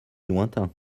lointains